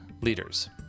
leaders